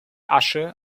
asche